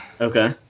Okay